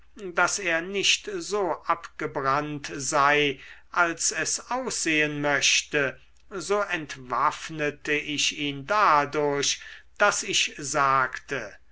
daß er nicht so abgebrannt sei als es aussehen möchte so entwaffnete ich ihn dadurch daß ich sagte